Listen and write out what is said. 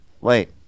wait